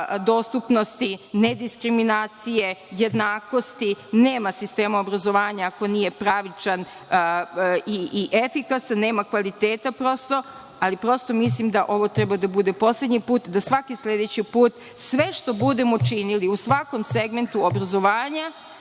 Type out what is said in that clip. dostupnosti, nediskriminacije, jednakosti. Nema sistema obrazovanja ako nije pravičan i efikasan, nema kvaliteta, prosto. Ali, prosto, mislim da ovo treba da bude poslednji put, da svaki sledeći put sve što budemo činili u svakom segmentu obrazovanja